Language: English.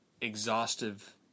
exhaustive